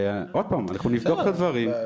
אנחנו נבדוק את הדברים,